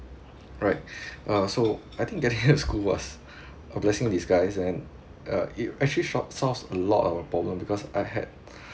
right uh so I think getting into school was a blessing in disguise and uh it actually so solve a lot of the problem because I had